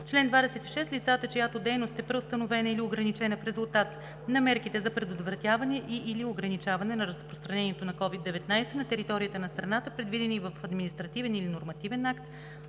„Чл. 26. Лицата, чиято дейност е преустановена или ограничена в резултат на мерките за предотвратяване и/или ограничаване на разпространението на COVID-19 на територията на страната, предвидени в административен или нормативен акт,